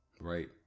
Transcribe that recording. Right